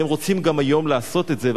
והם רוצים גם היום לעשות את זה,